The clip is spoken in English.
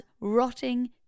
rotting